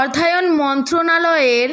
অর্থায়ন মন্ত্রণালয়ের